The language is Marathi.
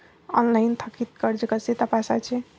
ऑनलाइन थकीत कर्ज कसे तपासायचे?